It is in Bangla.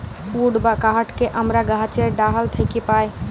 উড বা কাহাঠকে আমরা গাহাছের ডাহাল থ্যাকে পাই